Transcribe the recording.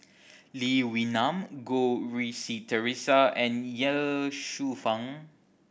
Lee Wee Nam Goh Rui Si Theresa and Ye Shufang